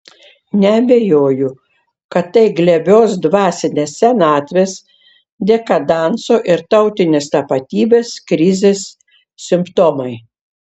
neabejoju kad tai glebios dvasinės senatvės dekadanso ir tautinės tapatybės krizės simptomai